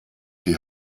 die